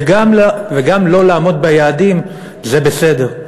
וגם לא לעמוד ביעדים זה בסדר,